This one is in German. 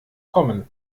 kommen